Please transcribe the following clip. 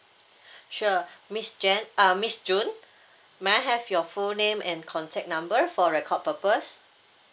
sure miss jan uh miss june may I have your full name and contact number for record purpose